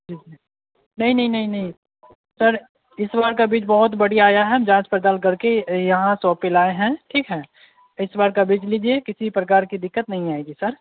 जी नहीं नहीं नहीं नहीं सर इस बार का बीज बहुत बढ़िया आया है जांच पड़ताल करके यहाँ शॉप लाए है ठीक है इस बार का बीज लीजिए किसी प्रकार की दिक्कत नहीं आएगी सर